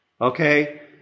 Okay